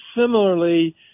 similarly